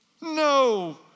No